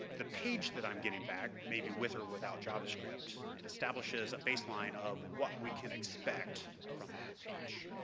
the page that i'm getting back, maybe with or without javascript, and establishes a baseline of what we can expect from that page.